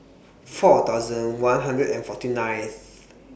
four thousand one hundred and forty ninth